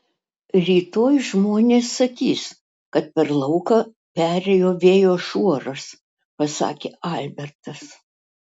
rytoj žmonės sakys kad per lauką perėjo vėjo šuoras pasakė albertas